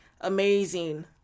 amazing